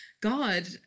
God